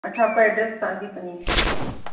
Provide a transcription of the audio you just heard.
अच्छा पर पनीर चाहिए